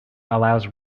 allows